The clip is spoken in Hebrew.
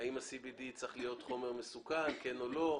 האם הוא צריך להיות חומר מסוכן, כן או לא.